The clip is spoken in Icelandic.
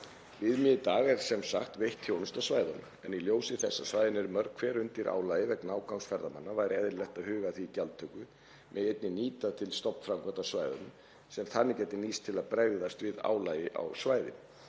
Viðmiðið í dag er sem sagt veitt þjónusta á svæðunum en í ljósi þess að svæðin eru mörg hver undir álagi vegna ágangs ferðamanna væri eðlilegt að huga að því að gjaldtöku megi einnig nýta til stofnframkvæmda á svæðunum sem þannig gæti nýst til að bregðast við álagi á svæðinu,